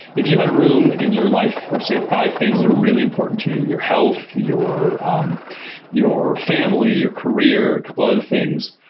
if you had room in your life for say, five things that are really important to you, your health, your um your family, your career, couple other things,